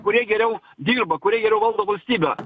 kurie geriau dirba kurie geriau valdo valstybę